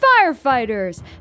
Firefighters